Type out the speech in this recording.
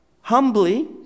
humbly